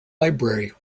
library